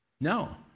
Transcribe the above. No